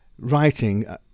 writing